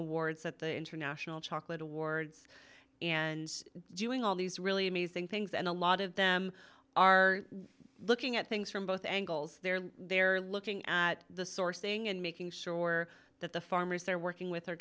awards at the international chocolate awards and doing all these really amazing things and a lot of them are looking at things from both angles they're looking at the sourcing and making sure that the farmers they're working with are